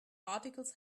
articles